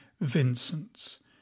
Vincent's